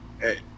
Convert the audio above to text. Hey